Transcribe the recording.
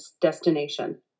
destination